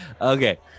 Okay